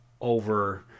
over